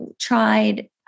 tried